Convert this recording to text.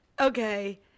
Okay